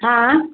हा